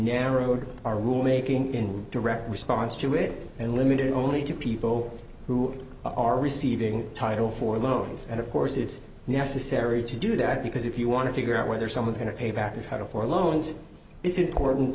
narrowed our rule making in direct response to it and limited only to people who are receiving title for loans and of course it's necessary to do that because if you want to figure out whether someone's going to pay back to her for loans it's important